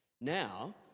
Now